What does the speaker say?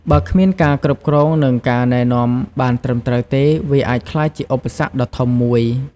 បើគ្មានការគ្រប់គ្រង និងការណែនាំបានត្រឹមត្រូវទេ វាអាចក្លាយជាឧបសគ្គដ៏ធំមួយ។